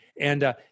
And-